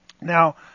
Now